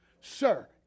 Sir